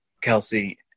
Kelsey